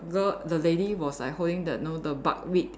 girl the lady was like holding the know the buckwheat